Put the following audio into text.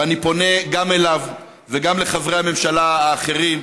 ואני פונה גם אליו וגם לחברי הממשלה האחרים,